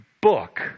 book